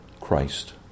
Christ